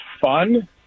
fun